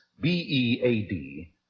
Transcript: B-E-A-D